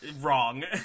wrong